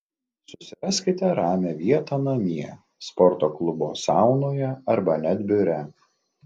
susiraskite ramią vietą namie sporto klubo saunoje arba net biure